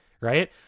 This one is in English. right